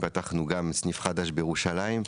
פתחנו גם סניף חדש בירושלים.